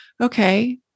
okay